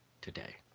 today